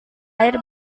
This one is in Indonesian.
air